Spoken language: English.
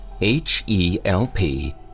H-E-L-P